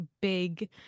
big